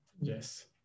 Yes